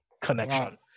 connection